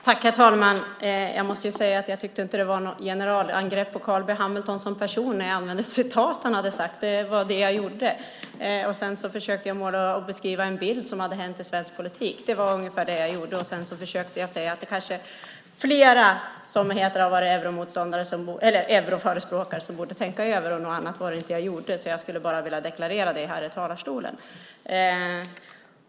Herr talman! Jag måste säga att jag inte tyckte att det var något generalangrepp på Carl B Hamilton som person när jag använde ett citat av honom. Det var det jag gjorde. Sedan försökte jag ge en bild av vad som hade hänt i svensk politik. Det var ungefär det jag gjorde, och sedan försökte jag säga att fler som varit euroförespråkare kanske borde tänka över detta. Något annat var det inte jag gjorde. Jag skulle bara vilja deklarera det här i talarstolen.